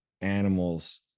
animals